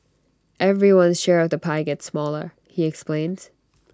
everyone's share of the pie gets smaller he explains